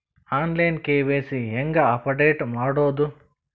On line KYC ಹೇಂಗ update ಮಾಡೋದು?